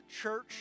church